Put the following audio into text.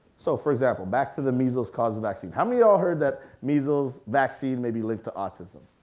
so, for example, back to the measles caused the vaccine. how many y'all heard that measles vaccine may be linked to autism?